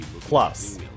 Plus